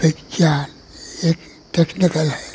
विज्ञान एक टेक्निकल है